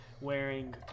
wearing